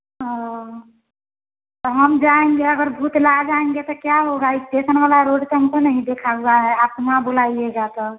और हम जाएंगे अगर भूत लजाएँगे जाएंगे तो क्या होगा स्टेसन वाला रोड तो हमको दिखाया है आप वहाँ बुलाइएगा क्या